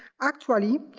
actually,